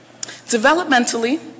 Developmentally